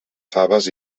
faves